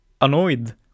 annoyed